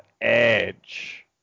edge